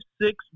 six